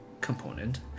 component